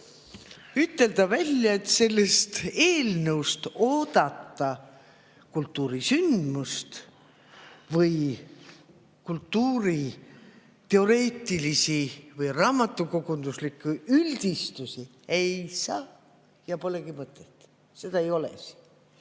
ütelda välja, et oodata sellest eelnõust kultuurisündmust või kultuuriteoreetilisi või raamatukogunduslikke üldistusi ei saa ja polegi mõtet. Seda siin